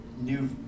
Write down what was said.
New